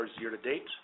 year-to-date